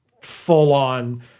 full-on